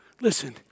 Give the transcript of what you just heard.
Listen